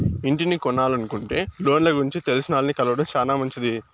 ఇంటిని కొనలనుకుంటే లోన్ల గురించి తెలిసినాల్ని కలవడం శానా మంచిది